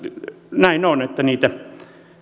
näin on että